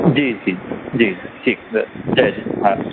जी जी जी ठीकु जय झूले हा